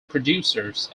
producers